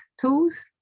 tools